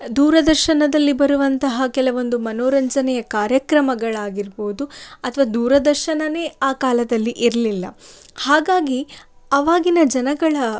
ದೂರದರ್ಶನದಲ್ಲಿ ಬರುವಂತಹ ಕೆಲವೊಂದು ಮನೋರಂಜನೆಯ ಕಾರ್ಯಕ್ರಮಗಳಾಗಿರ್ಬೌದು ಅಥವಾ ದೂರದರ್ಶನವೇ ಆ ಕಾಲದಲ್ಲಿ ಇರಲಿಲ್ಲ ಹಾಗಾಗಿ ಅವಾಗಿನ ಜನಗಳ